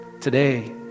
Today